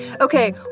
Okay